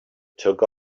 took